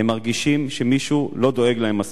הם מרגישים שמישהו לא דואג להם מספיק.